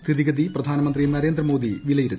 സ്ഥിതിഗതി പ്രധാനമന്ത്രി നരേന്ദ്ര മോദി വിലയിരുത്തി